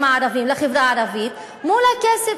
ליישובים הערביים, לחברה הערבית, מול הכסף